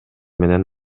менен